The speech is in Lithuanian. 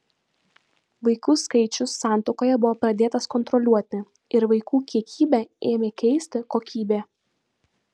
vaikų skaičius santuokoje buvo pradėtas kontroliuoti ir vaikų kiekybę ėmė keisti kokybė